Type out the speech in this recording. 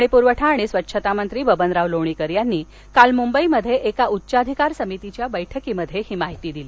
पाणीपुरवठा आणि स्वच्छतामंत्री बबनराव लोणीकर यांनी काल मुंबईत एका उच्चाधिकार समितीच्या बैठकीत ही माहिती दिली